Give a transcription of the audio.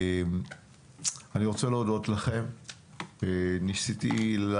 אני רוצה להודות לכם.